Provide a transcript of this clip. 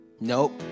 Nope